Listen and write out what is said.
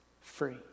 free